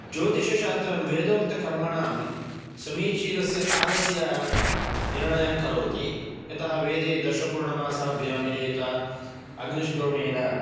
ज्योतिषशास्त्रं वेदोक्तकर्मणां समीचीनस्य कालस्य निर्णयं करोति यतः वेदे दर्शपूर्णमासाभ्यां यजेत अग्निष्टोमेन